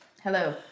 Hello